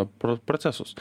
pro procesus